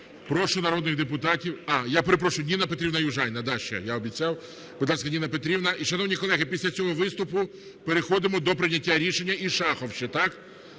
Прошу народних депутатів... А, я перепрошую, Ніна Петрівна Южаніна я ще обіцяв. Будь ласка, Ніна Петрівна. І, шановні колеги, після цього виступу переходимо до прийняття рішення. І Шахов ще, так?